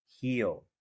heal